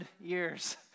years